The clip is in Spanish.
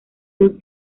dos